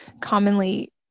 commonly